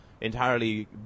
entirely